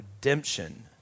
redemption